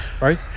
right